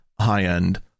high-end